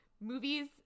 movies